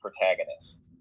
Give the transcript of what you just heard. protagonist